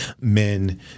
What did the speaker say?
men